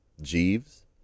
Jeeves